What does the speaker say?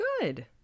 Good